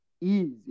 easy